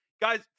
Guys